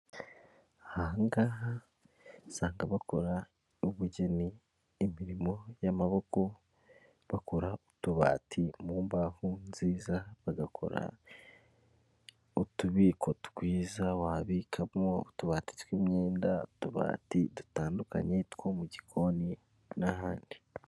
Aha ngaha usanga bakora ubugeni, imirimo y'amaboko, bakora utubati mu mbaho nziza, bagakora utubiko twiza wabikamo, utubati tw'imyenda, utubati dutandukanye two mu gikoni n'ahandi.